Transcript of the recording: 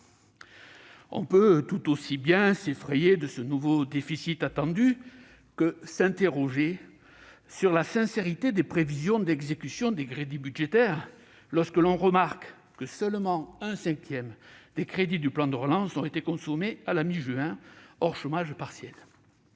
On peut tout aussi bien s'effrayer de ce nouveau déficit attendu que s'interroger sur la sincérité des prévisions d'exécution des crédits budgétaires, lorsque l'on remarque que seulement un cinquième des crédits du plan de relance a été consommé à la mi-juin, hors chômage partiel.